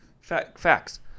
Facts